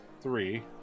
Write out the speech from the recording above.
three